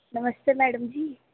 नमस्ते madam जी